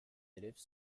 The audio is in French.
élèves